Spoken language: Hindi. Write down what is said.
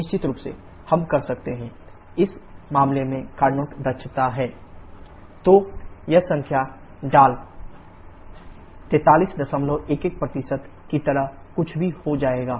निश्चित रूप से हम कर सकते हैं इस मामले में कार्नोट दक्षता है c1 TLTH तो यह संख्या डाल 4311 की तरह कुछ हो जाएगा